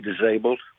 disabled